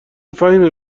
فهیمه